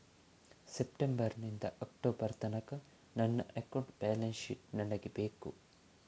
September ನಿಂದ October ತನಕ ನನ್ನ ಅಕೌಂಟ್ ಬ್ಯಾಲೆನ್ಸ್ ಶೀಟ್ ನನಗೆ ಬೇಕು